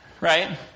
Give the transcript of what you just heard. Right